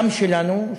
גם שלנו,